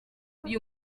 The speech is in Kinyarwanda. uyu